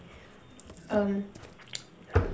um